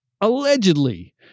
allegedly